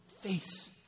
face